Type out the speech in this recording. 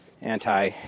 anti